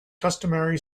customary